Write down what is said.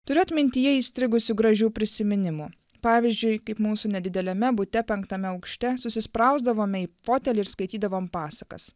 turiu atmintyje įstrigusių gražių prisiminimų pavyzdžiui kaip mūsų nedideliame bute penktame aukšte susispausdavome į fotelį ir skaitydavom pasakas